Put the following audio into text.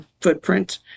footprint